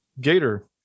gator